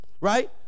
Right